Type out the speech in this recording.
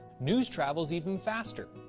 news travels even faster.